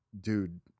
dude